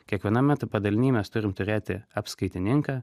kiekviename padaliny mes turim turėti apskaitininką